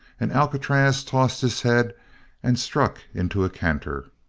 and alcatraz tossed his head and struck into a canter.